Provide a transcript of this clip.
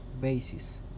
basis